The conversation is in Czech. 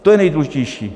To je nejdůležitější.